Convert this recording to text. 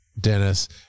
Dennis